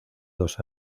dos